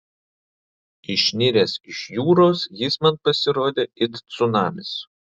išniręs iš jūros jis man pasirodė it cunamis